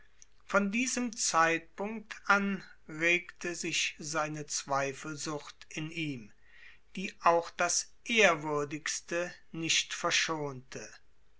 von diesem zeitpunkt an regte sich eine zweifelsucht in ihm die auch das ehrwürdigste nicht verschonte